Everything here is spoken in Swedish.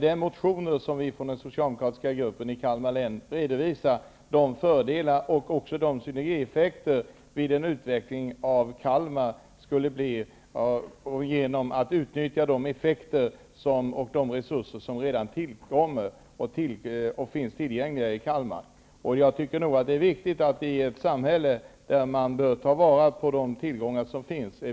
Vi från socialdemokratiska gruppen i Kalmar län vill med motionen redovisa de fördelar och också de synergieffekter som skulle uppkomma vid en utveckling i Kalmar genom att utnyttja de effekter och de resurser som redan finns tillgängliga i Jag tycker att det är viktigt att man i ett samhälle tar vara på de tillgångar som finns.